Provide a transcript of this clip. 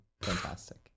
Fantastic